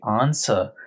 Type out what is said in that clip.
answer